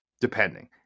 depending